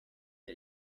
der